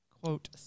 quote